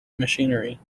machinery